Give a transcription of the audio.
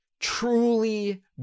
truly